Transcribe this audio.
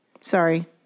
sorry